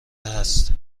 هست